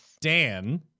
dan